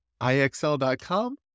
IXL.com